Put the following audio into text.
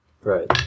Right